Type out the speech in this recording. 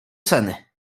ceny